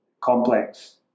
complex